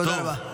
תודה רבה.